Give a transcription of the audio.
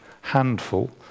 handful